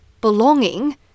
belonging